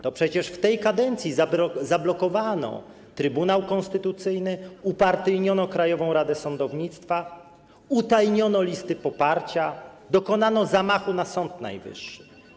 To przecież w tej kadencji zablokowano Trybunał Konstytucyjny, upartyjniono Krajową Radę Sądownictwa, utajniono listy poparcia, dokonano zamachu na Sąd Najwyższy.